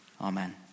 Amen